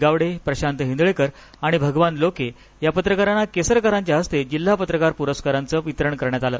गावडे प्रशांत हिंदळेकर आणि भगवान लोके या पत्रकारांना केसरकारांच्या हस्ते जिल्हा पत्रकार पुरस्कार प्रदान करण्यात आले